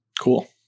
Cool